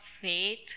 faith